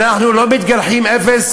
אנחנו לא מתגלחים אפס,